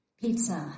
pizza